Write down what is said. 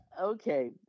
Okay